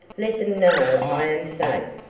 let them know i am safe?